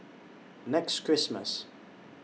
next Christmas